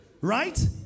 Right